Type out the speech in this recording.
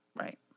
Right